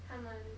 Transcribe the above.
他们